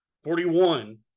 Forty-one